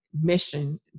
mission